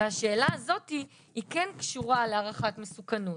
והשאלה הזאת היא כן קשורה להערכת מסוכנת.